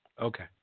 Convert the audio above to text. Okay